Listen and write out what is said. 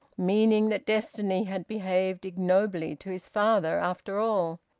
meaning that destiny had behaved ignobly to his father, after all.